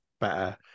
better